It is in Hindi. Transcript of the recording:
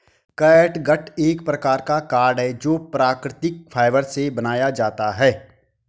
कैटगट एक प्रकार का कॉर्ड है जो प्राकृतिक फाइबर से बनाया जाता है